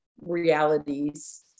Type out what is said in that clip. realities